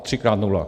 Třikrát nula.